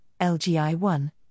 LGI-1